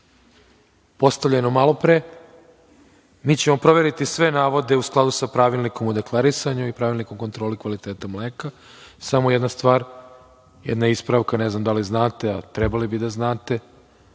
postavljeno malopre, mi ćemo proveriti sve navode u skladu sa Pravilnikom o deklarisanju i Pravilnikom o kontroli kvaliteta mleka. Samo jedna stvar, jedna ispravka, ne znam da li znate, a trebalo bi da znate,